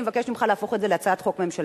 אני מבקשת ממך להפוך את זה להצעת חוק ממשלתית.